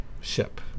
ship